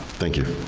thank you,